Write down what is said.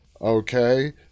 okay